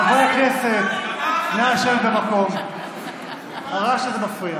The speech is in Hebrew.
חברי הכנסת, נא לשבת במקום, הרעש הזה מפריע.